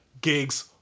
gigs